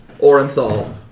Orenthal